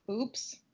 Oops